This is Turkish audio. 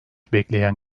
bekleyen